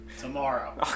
tomorrow